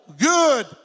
good